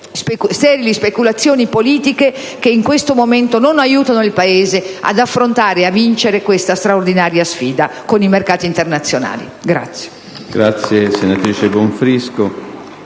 sterili speculazioni politiche, che in questo momento non aiutano il Paese ad affrontare e a vincere questa straordinaria sfida con i mercati internazionali.